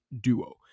duo